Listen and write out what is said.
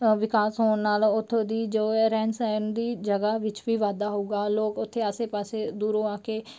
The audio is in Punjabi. ਵਿਕਾਸ ਹੋਣ ਨਾਲ ਉਥੋਂ ਦੀ ਜੋ ਹੈ ਰਹਿਣ ਸਹਿਣ ਦੀ ਜਗ੍ਹਾ ਵਿੱਚ ਵੀ ਵਾਧਾ ਹੋਊਗਾ ਲੋਕ ਉਥੇ ਆਸੇ ਪਾਸੇ ਦੂਰੋਂ ਆ ਕੇ